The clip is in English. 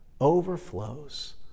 overflows